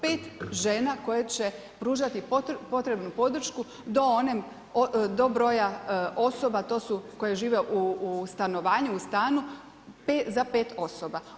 5 žena koje će pružati potrebnu podršku do broja osoba, to su koje žive u stanovanju u stanu za 5 osoba.